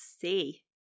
see